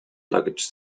luggage